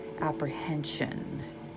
apprehension